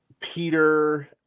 Peter